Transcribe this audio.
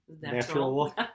natural